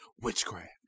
witchcraft